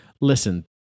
listen